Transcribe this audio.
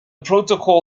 protocol